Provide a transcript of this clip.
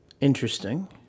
Interesting